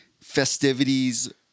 festivities